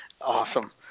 Awesome